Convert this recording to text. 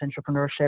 entrepreneurship